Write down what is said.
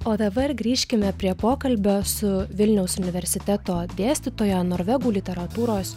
o dabar grįžkime prie pokalbio su vilniaus universiteto dėstytoja norvegų literatūros